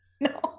No